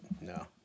No